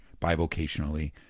bivocationally